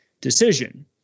decision